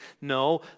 No